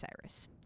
Cyrus